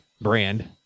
brand